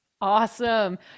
Awesome